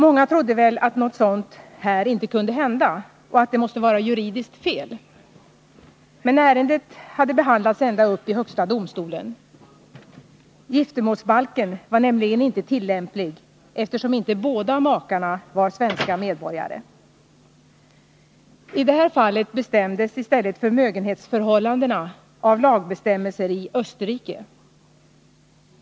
Många trodde väl att något sådant här inte kunde hända och att det måste vara juridiskt fel. Men ärendet hade behandlats ända upp i högsta domstolen. Giftermålsbalken var nämligen inte tillämplig, eftersom inte båda makarna var svenska medborgare. I det här fallet bestämdes i stället förmögenhetsförhållandena av lagbestämmelser i Österrike.